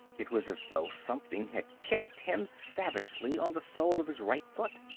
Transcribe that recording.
it was as though something had kicked him savagely on the sole of his right foot.